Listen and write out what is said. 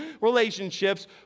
relationships